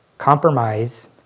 Compromise